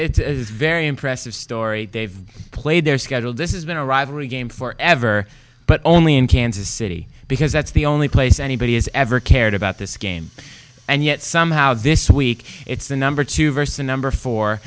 it's a very impressive story they've played their schedule this is been a rivalry game for ever but only in kansas city because that's the only place anybody has ever cared about this game and yet somehow this week it's the number two versus a number four